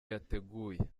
yateguye